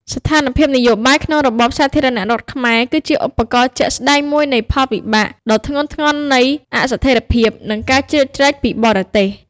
ស្ថានភាពនយោបាយក្នុងរបបសាធារណរដ្ឋខ្មែរគឺជាឧទាហរណ៍ជាក់ស្តែងមួយនៃផលវិបាកដ៏ធ្ងន់ធ្ងរនៃអស្ថិរភាព និងការជ្រៀតជ្រែកពីបរទេស។